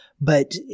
but-